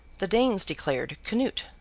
the danes declared canute,